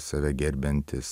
save gerbiantis